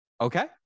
Okay